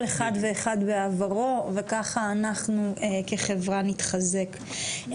כל אחד ואחד ועברו וככה אנחנו כחברה נתחזק.